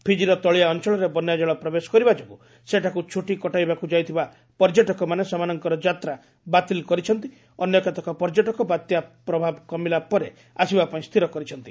ଫିଜିର ତଳିଆ ଅଞ୍ଚଳରେ ବନ୍ୟାଜଳ ପ୍ରବେଶ କରିବା ଯୋଗୁଁ ସେଠାକୁ ଛୁଟି କଟାଇବାକୁ ଯାଇଥିବା ପର୍ଯ୍ୟଟକମାନେ ସେମାନଙ୍କର ଯାତ୍ରା ବାତିଲ୍ କରିଛନ୍ତି ଅନ୍ୟ କେତେକ ପର୍ଯ୍ୟଟକ ବାତ୍ୟା ପ୍ରଭାବ କମିଲା ପରେ ଆସିବାପାଇଁ ସ୍ଥିର କରିଛନ୍ତି